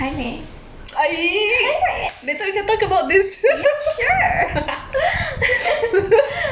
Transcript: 还没 ya sure